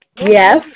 Yes